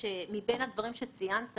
מולנו יש בשוק מהלכים שפועלים לסכל את זה.